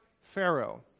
Pharaoh